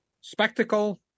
spectacle